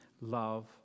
love